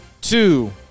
two